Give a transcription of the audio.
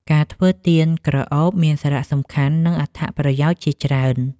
ការធ្វើទៀនក្រអូបមានសារៈសំខាន់ និងអត្ថប្រយោជន៍ជាច្រើន។